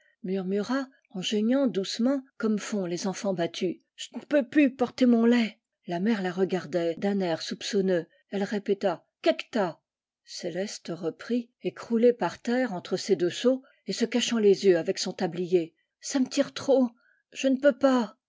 murmura en geignant doucement comme font les enfants battus je n'peux pu porter mon lait la mère la regardait d'un air soupçonneux elle répéta que qu'tas céleste reprit écroulée par terre entre ses deux seaux et se cachant les yeux avec son tabher ça me tire trop je ne peux pas